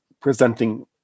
presenting